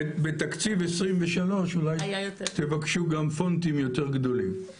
בתקציב 2023 תבקשו גם פונטים יותר גדולים.